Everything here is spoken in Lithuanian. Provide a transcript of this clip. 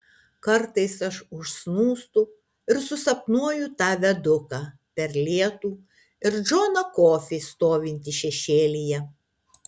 kartais aš užsnūstu ir susapnuoju tą viaduką per lietų ir džoną kofį stovintį šešėlyje